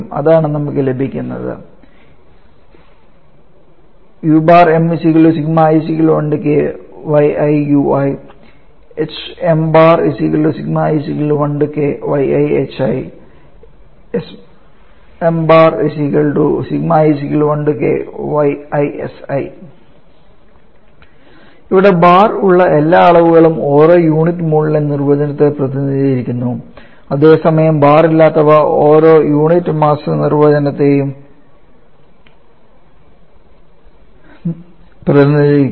അതാണ് നമുക്ക് ലഭിക്കുന്നത് ഇവിടെ ബാർ ഉള്ള എല്ലാ അളവുകളും ഓരോ യൂണിറ്റ് മോളിലെ നിർവചനത്തെ പ്രതിനിധീകരിക്കുന്നു അതേസമയം ബാർ ഇല്ലാത്തവ ഓരോ യൂണിറ്റ് മാസ് നിർവചനത്തെയും പ്രതിനിധീകരിക്കുന്നു